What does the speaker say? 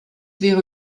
wäre